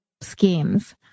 schemes